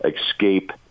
escape